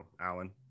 Alan